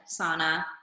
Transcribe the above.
sauna